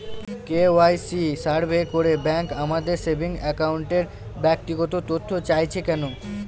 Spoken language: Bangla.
কে.ওয়াই.সি সার্ভে করে ব্যাংক আমাদের সেভিং অ্যাকাউন্টের ব্যক্তিগত তথ্য চাইছে কেন?